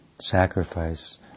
sacrifice